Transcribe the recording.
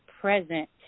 present